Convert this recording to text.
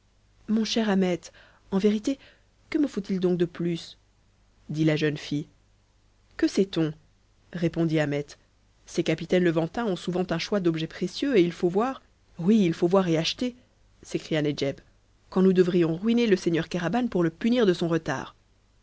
mon cher ahmet en vérité que me faut-il donc de plus dit la jeune fille que sait-on répondit ahmet ces capitaines levantins ont souvent un choix d'objets précieux et il faut voir oui il faut voir et acheter s'écria nedjeb quand nous devrions ruiner le seigneur kéraban pour le punir de son retard